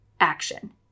action